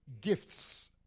Gifts